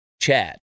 CHAD